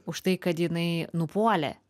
už tai kad jinai nupuolė